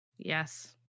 yes